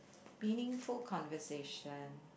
meaningful conversation